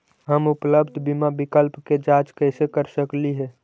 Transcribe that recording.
हम उपलब्ध बीमा विकल्प के जांच कैसे कर सकली हे?